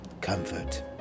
comfort